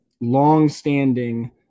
longstanding